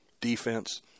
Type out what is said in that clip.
defense